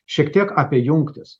šiek tiek apie jungtis